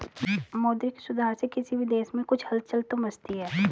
मौद्रिक सुधार से किसी भी देश में कुछ हलचल तो मचती है